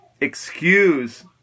excuse